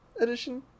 edition